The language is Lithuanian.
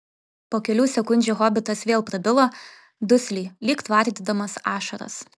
po kelių sekundžių hobitas vėl prabilo dusliai lyg tvardydamas ašaras